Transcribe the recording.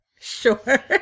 Sure